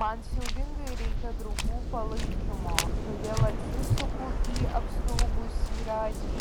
man siaubingai reikia draugų palaikymo todėl atsisuku į apstulbusį radžį